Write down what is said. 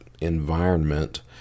environment